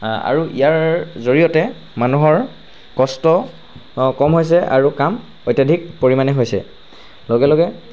আৰু ইয়াৰ জৰিয়তে মানুহৰ কষ্ট কম হৈছে আৰু কাম অত্যাধিক পৰিমাণে হৈছে লগে লগে